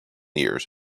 years